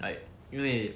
like 因为